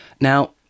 Now